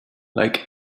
like